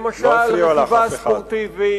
למשל רכיבה ספורטיבית,